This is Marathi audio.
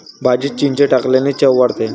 भाजीत चिंच टाकल्याने चव वाढते